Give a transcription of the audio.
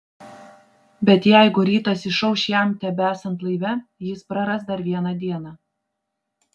bet jeigu rytas išauš jam tebesant laive jis praras dar vieną dieną